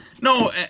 No